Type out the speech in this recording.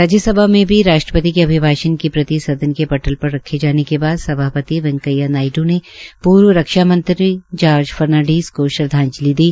राज्यसभा में राष्ट्रपति के अभिभाषण के प्रति सदन के पटल पर रखे जाने के बाद सभापति वैकेंया नायड् ने पूर्व रक्षा मंत्री जार्ज फर्नीडीज़ को श्रदवाजंलि दी